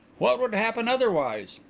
what would happen otherwise!